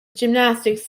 gymnastics